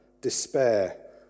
despair